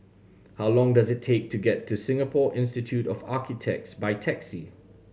how long does it take to get to Singapore Institute of Architects by taxi